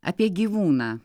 apie gyvūną